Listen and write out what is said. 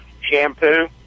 shampoo